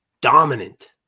dominant